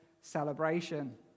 celebration